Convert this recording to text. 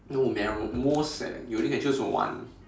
no memora~ most eh you only can choose from one